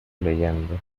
leyendo